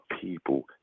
people